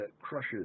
crushes